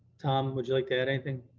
tom, would you like to add anything?